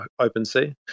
OpenSea